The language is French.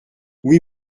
oui